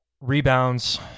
rebounds